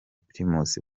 primus